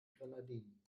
grenadinen